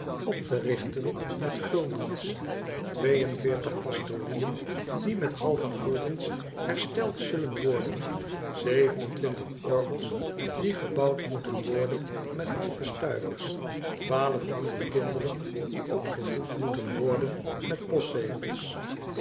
op te richten met guldens twee en veertig pastorieën die met halve guldens hersteld zullen worden zeven en twintig orgels die gebouwd moeten worden met halve stuivers twaalfhonderd kinderen die opgevoed moeten worden met postzegels